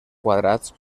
quadrats